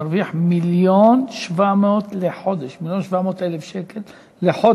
שאחד המנכ"לים מרוויח 1.7 מיליון שקלים בחודש.